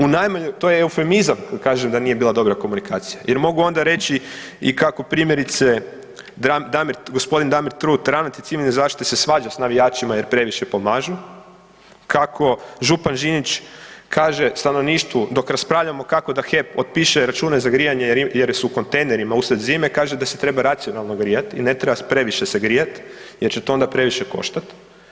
U najmanju, to je eufemizam, kad kažem da nije bila dobra komunikacija, jer mogu onda reći i kako primjerice, gospodin Damir Trut, ravnatelj Civilne zaštite se svađa s navijačima jer previše pomažu, kako župan Žinić kaže stanovništvu, dok raspravljamo kako da HEP otpiše račune za grijanje jer su u kontejnerima usred zime, kaže da se treba racionalno grijat i ne treba previše se grijat, jer će to onda previše koštat.